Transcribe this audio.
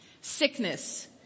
Sickness